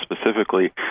specifically